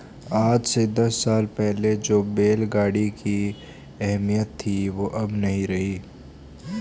आज से दस साल पहले जो बैल गाड़ी की अहमियत थी वो अब नही रही